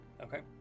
Okay